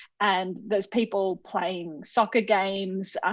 and there's people playing soccer games,